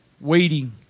waiting